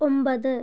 ഒമ്പത്